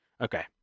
Okay